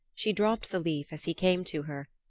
she dropped the leaf as he came to her,